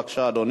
בבקשה,